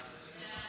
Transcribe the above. סעיפים